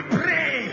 pray